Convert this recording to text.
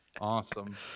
Awesome